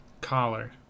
collar